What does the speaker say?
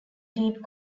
deep